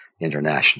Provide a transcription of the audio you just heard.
International